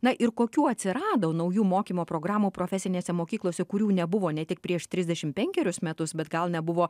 na ir kokių atsirado naujų mokymo programų profesinėse mokyklose kurių nebuvo ne tik prieš trisdešim penkerius metus bet gal nebuvo